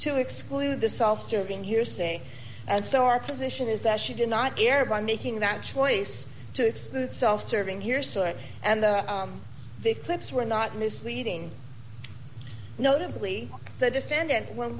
to exclude the self serving hearsay and so our position is that she did not care by making that choice to exclude self serving here so it and the clips were not misleading notably the defendant when